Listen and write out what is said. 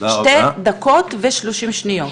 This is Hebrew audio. שתי דקות ו-30 שניות.